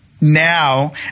now